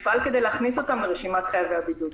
נפעל כדי להכניס אותם לרשימת חייבי הבידוד.